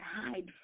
hide